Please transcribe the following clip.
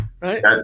right